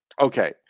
Okay